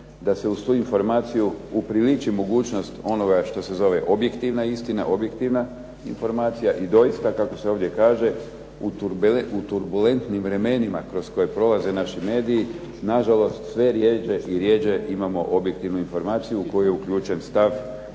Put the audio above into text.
da se uz tu informaciju upriliči mogućnost onoga što se zove objektivna istina, objektivna informacija i doista kako se ovdje kaže u turbulentnim vremenima kroz koje prolaze naši mediji, nažalost sve rjeđe i rjeđe imamo objektivnu informaciju u koju je uključen stav